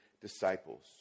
disciples